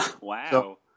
Wow